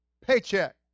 paycheck